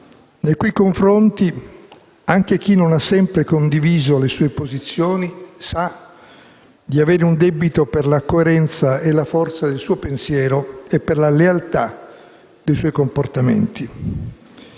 nei cui confronti anche chi non ha sempre condiviso le sue posizioni sa di avere un debito per la coerenza e la forza del suo pensiero e per la lealtà dei suoi comportamenti.